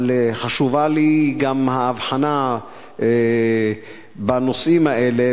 אבל חשובה לי גם ההבחנה בנושאים האלה